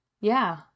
Yeah